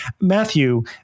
Matthew